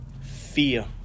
Fear